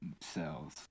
cells